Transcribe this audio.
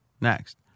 next